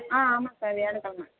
ஆ ஆமாம் சார் வியாழக்கிழம